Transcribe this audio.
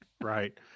Right